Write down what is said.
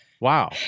Wow